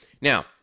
Now